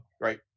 right